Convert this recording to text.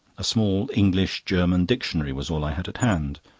a small english-german dictionary was all i had at hand.